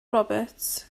roberts